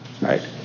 Right